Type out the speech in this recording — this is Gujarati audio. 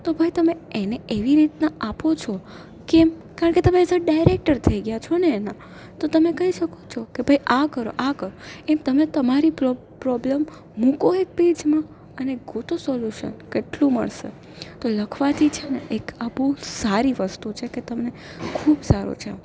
તો ભાઈ તમે એને એવી રીતના આપો છો કેમ કારણ કે તમે એઝ અ ડાયરેક્ટર થઈ ગયાં છો અને એના તો તમે કઈ શકો છો કે ભઇ આ કરો આ કરો એમ તમે તમારી પ્રોબ પ્રોબ્લેમ્સ મૂકો એક પેજમાં અને શોધો સોલ્યુસન કેટલું મળશે તો લખવાથી છે ને એક આ બહુ સારી વસ્તુ છે કે તમને ખૂબ સારું છે